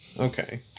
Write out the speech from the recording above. okay